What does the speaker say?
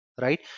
right